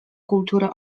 kulturę